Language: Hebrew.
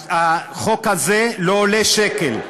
החוק הזה לא עולה שקל.